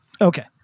okay